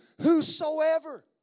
whosoever